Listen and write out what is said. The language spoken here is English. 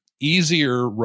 easier